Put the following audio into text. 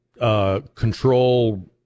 Control